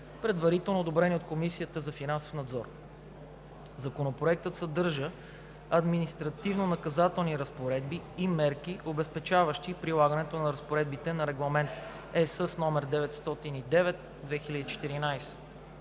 предварително одобрени от Комисията за финансов надзор. Законопроектът съдържа административнонаказателни разпоредби и мерки, обезпечаващи прилагането на разпоредбите на Регламент (ЕС) № 909/2014,